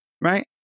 right